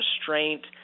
restraint